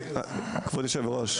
כבוד היושב ראש,